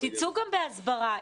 תצאו גם בהסברה,